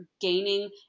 gaining